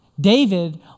David